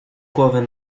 głowę